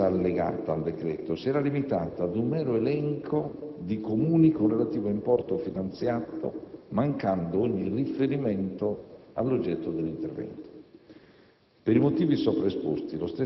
Inoltre, la lista allegata al decreto si era limitata ad un mero elenco di Comuni con relativo importo finanziato, mancando ogni riferimento all'oggetto dell'intervento.